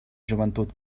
joventut